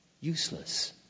useless